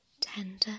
Tender